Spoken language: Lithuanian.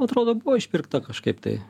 atrodo buvo išpirkta kažkaip tai